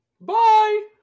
Bye